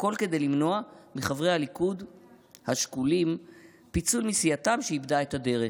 הכול כדי למנוע מחברי הליכוד השקולים פיצול מסיעתם שאיבדה את הדרך.